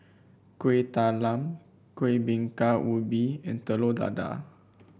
Kueh Talam Kuih Bingka Ubi and Telur Dadah